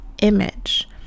image